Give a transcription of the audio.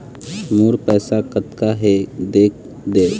मोर पैसा कतका हे देख देव?